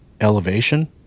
elevation